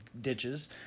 ditches